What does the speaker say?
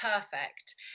perfect